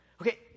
Okay